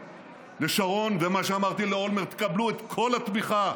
לשרון ומה שאמרתי לאולמרט: תקבלו את כל התמיכה,